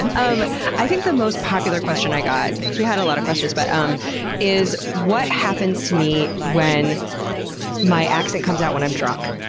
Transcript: and um i think the most popular question i got, because we had a lot of questions, but um is what happens to me when my accent comes out when i'm drunk.